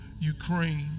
Ukraine